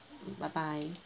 bye bye